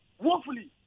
woefully